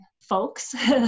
folks